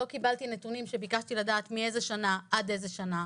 לא קיבלתי נתונים שביקשתי לדעת מאיזה שנה עד איזה שנה,